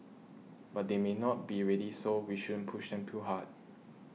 but they may not be ready so we shouldn't push them too hard